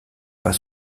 pas